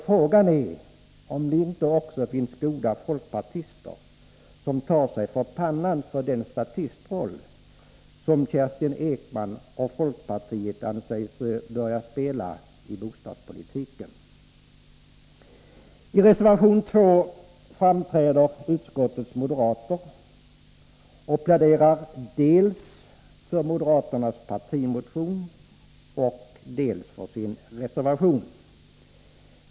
Frågan är om inte det också finns goda folkpartister som tar sig för pannan med tanke på den statistroll som Kerstin Ekman och övriga folkpartister anser sig böra spela i bostadspolitiken. I reservation 2 framträder utskottets moderater och pläderar dels för moderaternas partimotion, dels för sin reservation.